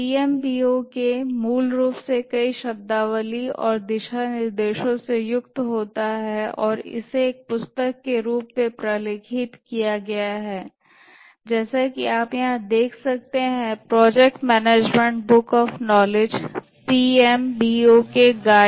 PMBOK मूल रूप से कई शब्दावली और दिशानिर्देशों से युक्त होता है और इसे एक पुस्तक के रूप में प्रलेखित किया गया है जैसा कि आप यहाँ देख सकते हैं project management book of knowledge PMBOK guide